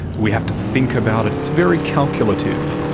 we have to think about it, it's very calculative.